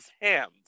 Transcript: hands